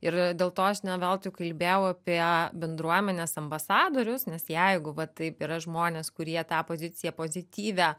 ir dėl tos aš ne veltui kalbėjau apie bendruomenės ambasadorius nes jeigu va taip yra žmonės kurie tą poziciją pozityvią